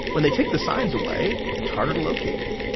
when they take the signs away, it's harder to locate it.